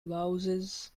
louses